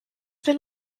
been